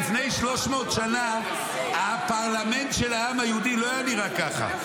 לפני 300 שנה הפרלמנט של העם היהודי לא היה נראה ככה.